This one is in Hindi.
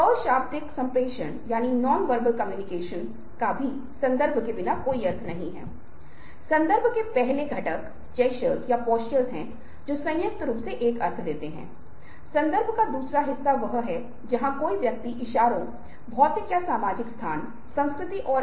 आमतौर पर शर्त यह होती है कि जिस व्यक्ति को चालाकी से समझा जा रहा है या जिसका दिमाग खुला है उसे चालाकी से पेश किया जाना चाहिए और समय की कुंजी है